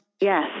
yes